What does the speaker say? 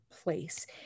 place